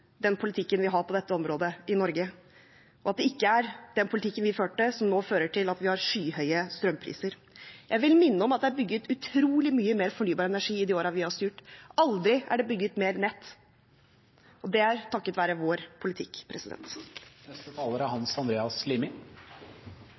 den politikken vi har på dette området i Norge, og at det ikke er den politikken vi førte, som nå fører til at vi har skyhøye strømpriser. Jeg vil minne om at det er bygget utrolig mye mer fornybar energi i de årene vi har styrt. Aldri før er det bygget mer nett, og det er takket være vår politikk.